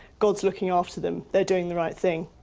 god's looking after them, they're doing the right thing.